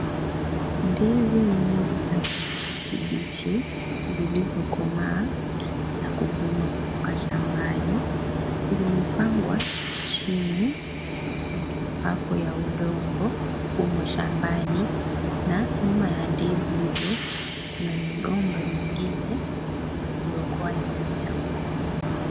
Ndizi nyingi za kijani kibichi zililzokomaa za kuvunwa kutoka shambani. Zimepangwa chini kwenye sakafu ya udongo humo shambani, na nyuma ya ndizi hizo kuna migomba mingine iliyokuwa imemea huko.